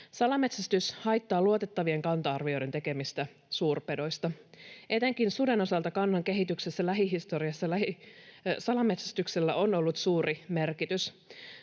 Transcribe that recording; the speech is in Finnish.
Salametsästys haittaa luotettavien kanta-arvioiden tekemistä suurpedoista. Etenkin suden osalta kannan kehityksessä lähihistoriassa salametsästyksellä on ollut suuri merkitys.